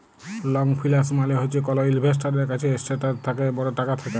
long ফিল্যাল্স মালে হছে কল ইল্ভেস্টারের কাছে এসেটটার থ্যাকে বড় টাকা থ্যাকা